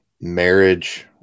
marriage